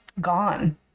gone